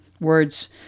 words